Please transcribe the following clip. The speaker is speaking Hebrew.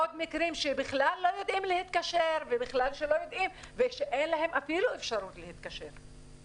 עוד מקרים שבכלל לא יודעים להתקשר ושאין להם אפשרות להתקשר.